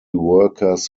workers